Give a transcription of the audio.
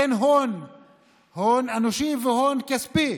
אין הון אנושי והון כספי